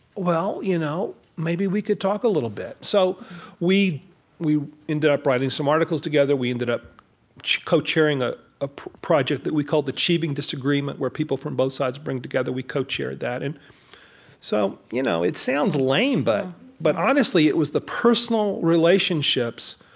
well, you know maybe we could talk a little bit. so we we ended up writing some articles together. we ended up co-chairing ah a project that we called achieving disagreement where people from both sides bring together. we co-chaired that. and so you know it sounds lame, but but honestly, it was the personal relationships